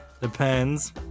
Depends